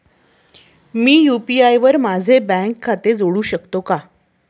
मी UPI वर माझे bank खाते जोडू शकतो का?